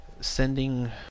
sending